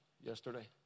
yesterday